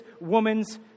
woman's